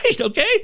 Okay